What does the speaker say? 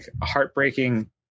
heartbreaking